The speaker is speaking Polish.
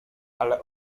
ale